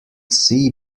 sea